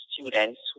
students